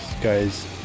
guys